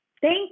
Thank